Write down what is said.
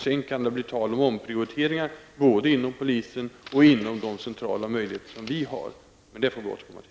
Sedan kan det bli tal om omprioriteringar inom polisen och i fråga om de möjligheter som vi centralt har. Men det får vi återkomma till.